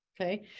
okay